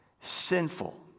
sinful